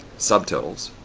subtotals,